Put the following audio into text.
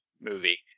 movie